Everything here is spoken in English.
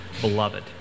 beloved